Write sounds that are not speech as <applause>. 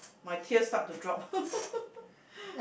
my tears start to drop <laughs>